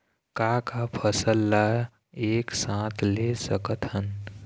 का का फसल ला एक साथ ले सकत हन?